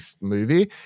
movie